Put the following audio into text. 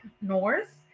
north